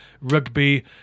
rugby